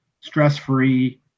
stress-free